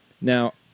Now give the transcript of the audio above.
Now